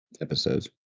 Episodes